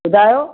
ॿुधायो